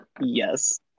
Yes